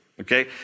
okay